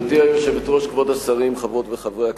גברתי היושבת-ראש, כבוד השרים, חברות וחברי הכנסת,